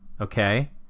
okay